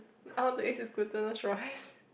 I want to eat his glutinous rice